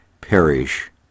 perish